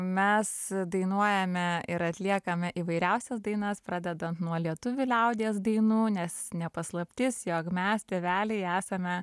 mes dainuojame ir atliekame įvairiausias dainas pradedant nuo lietuvių liaudies dainų nes ne paslaptis jog mes tėveliai esame